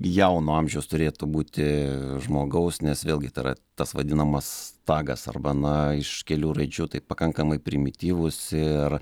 jauno amžiaus turėtų būti žmogaus nes vėlgi tai yra tas vadinamas tagas arba na iš kelių raidžių tai pakankamai primityvūs ir